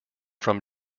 from